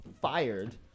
fired